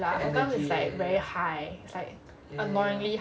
ya her one is like very high annoyingly high